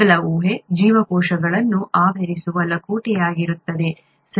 ಮೊದಲ ಊಹೆ ಜೀವಕೋಶಗಳನ್ನು ಆವರಿಸುವ ಲಕೋಟೆಯಾಗಿರುತ್ತದೆ ಸರಿ